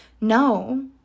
no